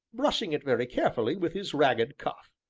brushing it very carefully with his ragged cuff.